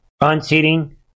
Unseating